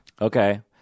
Okay